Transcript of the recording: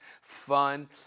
fun